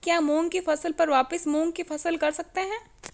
क्या मूंग की फसल पर वापिस मूंग की फसल कर सकते हैं?